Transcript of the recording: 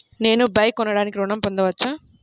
నేను బైక్ కొనటానికి ఋణం పొందవచ్చా?